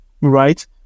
Right